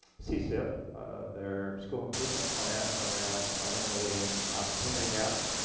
so csip, their school improvement plan around eliminating opportunity gaps.